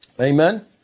Amen